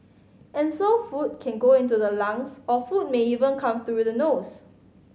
and so food can go into the lungs or food may even come through the nose